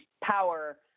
power